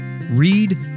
read